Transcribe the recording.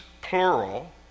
plural